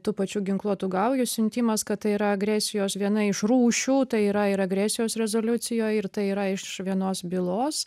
tų pačių ginkluotų gaujų siuntimas kad tai yra agresijos viena iš rūšių tai yra ir agresijos rezoliucijoj ir tai yra iš vienos bylos